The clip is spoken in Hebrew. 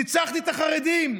ניצחתי את החרדים,